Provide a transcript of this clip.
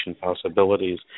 possibilities